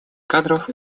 кадров